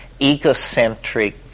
egocentric